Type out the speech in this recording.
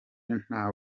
nta